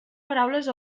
paraules